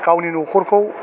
गावनि नखरखौ